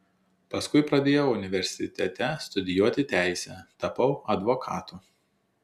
paskui pradėjau universitete studijuoti teisę tapau advokatu